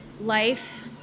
life